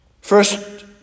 First